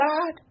God